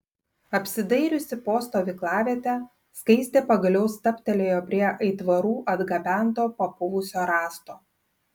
apsidairiusi po stovyklavietę skaistė pagaliau stabtelėjo prie aitvarų atgabento papuvusio rąsto